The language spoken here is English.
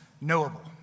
knowable